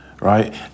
right